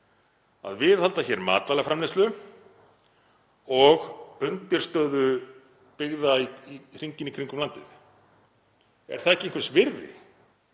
að viðhalda hér matvælaframleiðslu og undirstöðu byggða hringinn í kringum landið? Er það ekki einhvers virði?